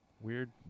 weird